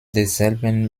desselben